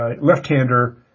left-hander